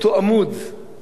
במקום שחטא,